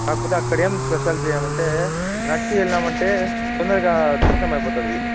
కాకపోతే అక్కడేం స్పెషాలిటీ ఏమంటే నడిచి వెళ్లినామంటే తొందరగా దర్శనం అయిపోతుంది